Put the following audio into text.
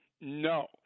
No